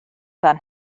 fan